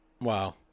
Wow